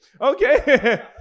Okay